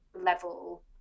level